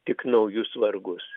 tik naujus vargus